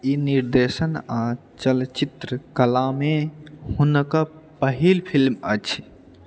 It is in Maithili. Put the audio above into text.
ई निर्देशन आ चलचित्रकलामे हुनक पहिल फिल्म अछि